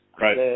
Right